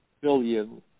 billion